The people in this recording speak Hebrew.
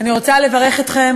אני רוצה לברך אתכם.